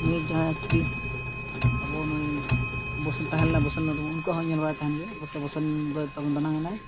ᱱᱩᱭ ᱡᱟᱦᱟᱸᱭ ᱮᱠᱪᱩᱭᱮᱞᱤ ᱟᱵᱚ ᱱᱩᱭ ᱵᱚᱥᱮᱱ ᱛᱟᱦᱮᱸᱞᱮᱱᱟᱭ ᱵᱚᱥᱮᱱ ᱢᱩᱨᱢᱩ ᱩᱱᱠᱩᱣᱟᱜ ᱦᱚᱸ ᱧᱮᱞ ᱵᱟᱲᱟᱭ ᱛᱟᱦᱮᱱ ᱜᱮᱭᱟ ᱵᱚᱥᱮ ᱵᱚᱥᱚᱱ ᱫᱚ ᱛᱟᱵᱚᱱ ᱫᱚᱱᱟᱝ ᱮᱱᱟᱟᱭ